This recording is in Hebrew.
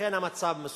ולכן המצב מסוכן.